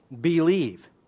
believe